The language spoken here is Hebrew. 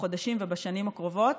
בחודשים ובשנים הקרובות.